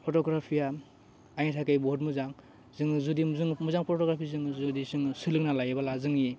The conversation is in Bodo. फट'ग्राफिया आंनि थाखै बुहुत मोजां जोङो जुदि जोङो मोजां फट'ग्राफि जोङो जुदि जोङो सोलोंना लायोबोला जोंनि